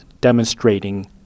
demonstrating